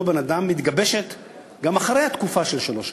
בן-אדם מתגבשת גם אחרי תקופה של שלוש שנים.